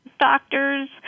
doctors